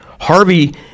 Harvey